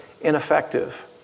ineffective